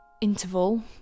interval